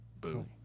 Boom